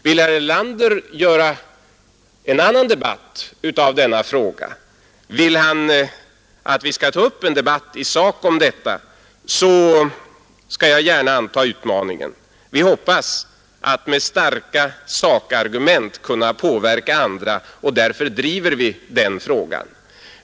Vill herr Erlander ha en annan debatt i denna fråga, vill han att vi skall ta upp en debatt i sak, så skall jag gärna anta utmaningen. Vi hoppas att med starka sakargument kunna påverka andra, och därför driver vi den här frågan.